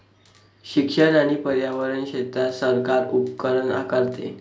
शिक्षण आणि पर्यावरण क्षेत्रात सरकार उपकर आकारते